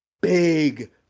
big